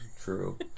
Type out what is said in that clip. True